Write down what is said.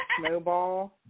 Snowball